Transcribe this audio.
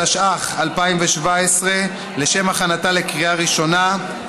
התשע"ח 2017, לשם הכנתה לקריאה ראשונה.